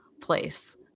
place